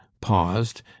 Paused